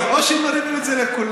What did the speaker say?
או שמרימים את זה לכולם,